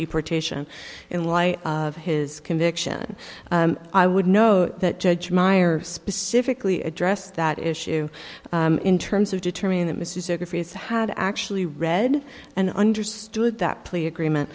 deportation in light of his conviction i would know that judge meyer specifically addressed that issue in terms of determining that mrs aris had actually read and understood that plea agreement